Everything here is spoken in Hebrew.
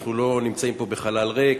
אנחנו לא נמצאים פה בחלל ריק,